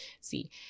see